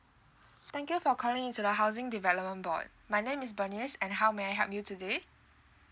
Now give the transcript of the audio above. thank you for calling into the housing development board my name is bunnies and how may I help you today